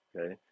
okay